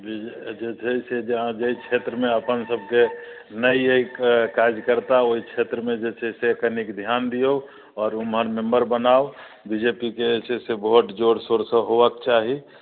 जे छै से अहाँके क्षेत्रमे अपन सबके नहि अइ कार्जकर्ता क्षेत्रमे जे छै से कनीक ध्यान दियौ आओर ओइमे नम्बर बनाउ बी जे पी के जे छै से वोट जोर शोर सँ होबक चाही